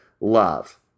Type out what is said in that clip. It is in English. love